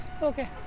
Okay